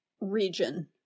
region